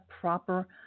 proper